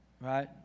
right